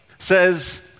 says